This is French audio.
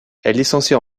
licencié